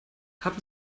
haben